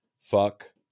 fuck